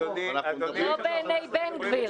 לא בעיני בן גביר.